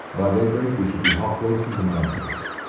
by daybreak we should be half-way through the mountains.